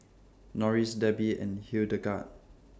Norris Debbi and Hildegard